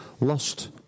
lost